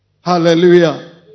Hallelujah